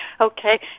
Okay